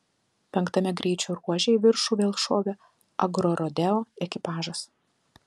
penktame greičio ruože į viršų vėl šovė agrorodeo ekipažas